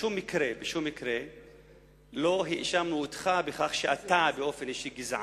בשום מקרה לא האשמנו אותך בכך שאתה באופן אישי גזען.